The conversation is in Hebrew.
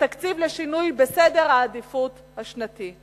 בתקציב לשינוי בסדר העדיפות השנתי".